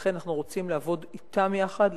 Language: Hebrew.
לכן אנחנו רוצים לעבוד אתם יחד,